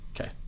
Okay